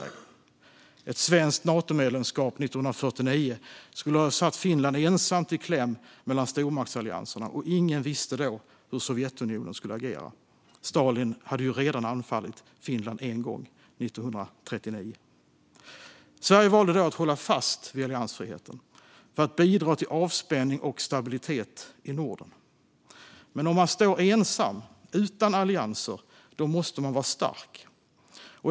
Ett svenskt Natomedlemskap 1949 skulle ha satt Finland ensamt i kläm mellan stormaktsallianserna, och ingen visste då hur Sovjetunionen skulle agera. Stalin hade ju redan anfallit Finland en gång, 1939. Sverige valde då att hålla fast vid alliansfriheten för att bidra till avspänning och stabilitet i Norden. Men om man står ensam, utan allianser, måste man vara stark.